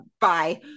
bye